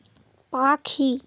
পাখি